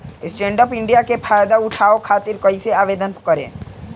Stand up India के फाइदा उठाओ खातिर कईसे आवेदन करेम?